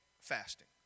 fasting